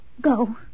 go